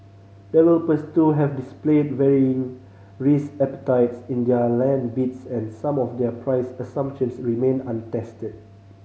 developers too have displayed varying risk appetites in their land bids and some of their price assumptions remain untested